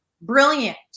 Brilliant